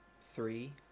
three